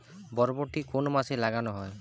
বরবটি কোন মাসে লাগানো হয়?